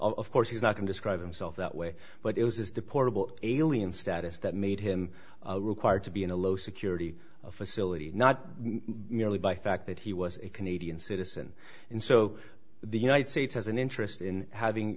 of course he's not been described himself that way but it was his deportable alien status that made him required to be in a low security facility not merely by fact that he was a canadian citizen and so the united states has an interest in having